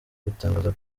gutangaza